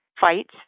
fights